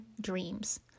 dreams